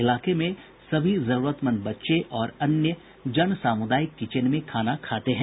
इलाके में सभी जरूरतमंद बच्चे और अन्य जन सामुदायिक किचेन में खाना खाते हैं